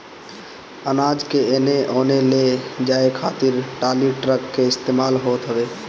अनाज के एने ओने ले जाए खातिर टाली, ट्रक के इस्तेमाल होत हवे